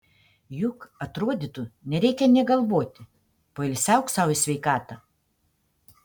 juk atrodytų nereikia nė galvoti poilsiauk sau į sveikatą